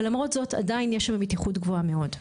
אבל למרות זאת עדיין יש שם מתיחות גבוהה מאוד.